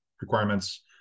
requirements